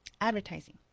advertising